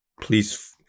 Please